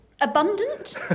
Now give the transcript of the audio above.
abundant